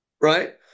right